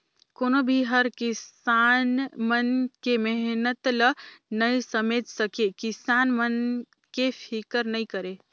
कोनो भी हर किसान मन के मेहनत ल नइ समेझ सके, किसान मन के फिकर नइ करे